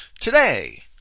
Today